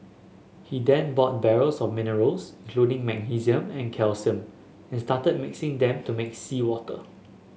he then bought barrels of minerals including magnesium and calcium and started mixing them to make seawater